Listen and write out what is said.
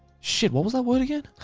shit what was that word again?